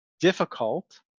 difficult